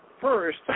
first